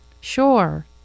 Sure